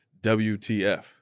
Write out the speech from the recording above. WTF